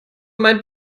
mein